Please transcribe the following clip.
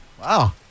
Wow